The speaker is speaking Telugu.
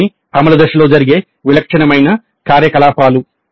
ఇవన్నీ అమలు దశలో జరిగే విలక్షణమైన కార్యకలాపాలు